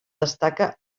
destaca